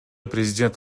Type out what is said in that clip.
президент